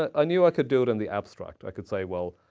i knew i could do it in the abstract. i could say, well,